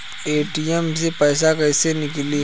ATM से पैसा कैसे नीकली?